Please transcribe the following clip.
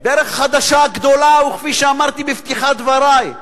דרך חדשה, גדולה, וכפי שאמרתי בפתיחת דברי,